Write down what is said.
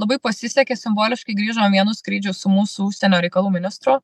labai pasisekė simboliškai grįžom vienu skrydžiu su mūsų užsienio reikalų ministru